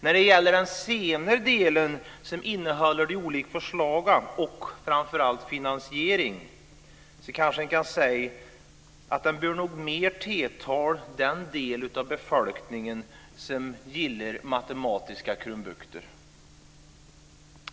När det gäller den senare delen, som innehåller de olika förslagen och framför allt finansieringen, kanske man kan säga att den nog mer bör tilltala den del av befolkningen som gillar matematiska krumbukter.